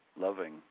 loving